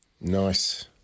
Nice